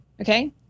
Okay